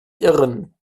irren